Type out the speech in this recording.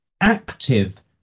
active